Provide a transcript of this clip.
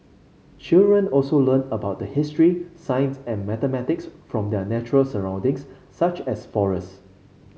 children also learn about history science and mathematics from their natural surroundings such as forest